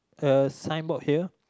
the signboard here